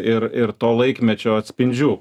ir ir to laikmečio atspindžių